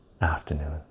afternoon